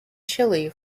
chilly